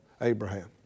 Abraham